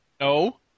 No